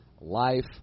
life